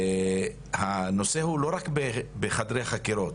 הנושא הוא לא רק בחדרי חקירות,